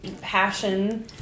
passion